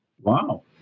Wow